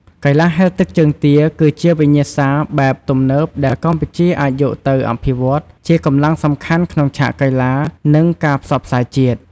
កីឡាហែលទឹកជើងទាគឺជាវិញ្ញាសាថ្មីបែបទំនើបដែលកម្ពុជាអាចយកទៅអភិវឌ្ឍជាកម្លាំងសំខាន់ក្នុងឆាកកីឡា និងការផ្សព្វផ្សាយជាតិ។